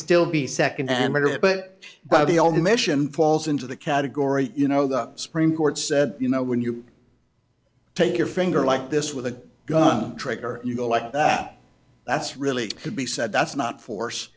still be second then murder but but the only mission falls into the category you know the supreme court said you know when you take your finger like this with a gun trigger you know like that's really could be said that's not force